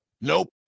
Nope